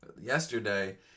yesterday